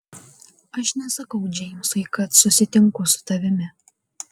aš nesakau džeimsui kad susitinku su tavimi